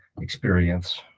experience